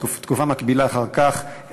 תקופה מקבילה אחר כך,